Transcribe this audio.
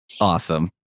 Awesome